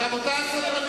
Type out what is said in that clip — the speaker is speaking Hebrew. אבל אני צעקתי עליו.